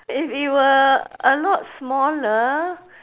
if it were a lot smaller